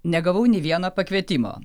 negavau nė vieno pakvietimo